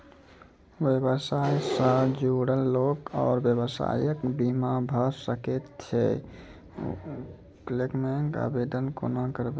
व्यवसाय सॅ जुड़ल लोक आर व्यवसायक बीमा भऽ सकैत छै? क्लेमक आवेदन कुना करवै?